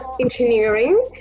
engineering